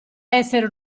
essere